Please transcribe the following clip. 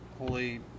holy